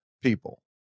people